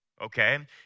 okay